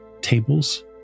tables